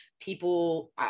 People